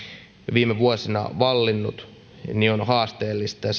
viime vuosina vallinnut on haasteellista